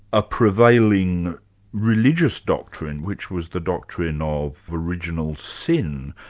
a prevailing religious doctrine, which was the doctrine of original sin.